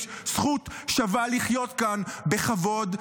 יש זכות שווה לחיות כאן בכבוד,